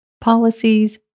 policies